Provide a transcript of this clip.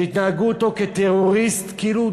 שנהגו בו כבטרוריסט, כאילו